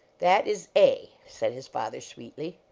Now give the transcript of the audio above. that is a, said his father, sweetly.